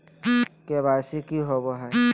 KYC की होबो है?